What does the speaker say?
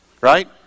Right